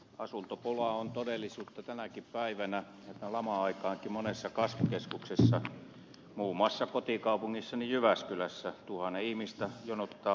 asuntopula on todellisuutta tänäkin päivänä ja tähän lama aikaankin monessa kasvukeskuksessa muun muassa kotikaupungissani jyväskylässä tuhannen ihmistä jonottaa asuntoja